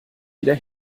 wieder